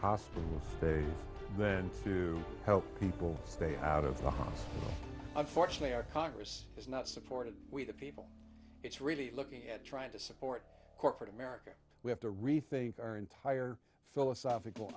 hospital then to help people stay out of the unfortunately our congress has not supported we the people it's really looking at trying to support corporate america we have to rethink our entire philosophical